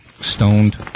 stoned